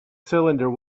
cylinder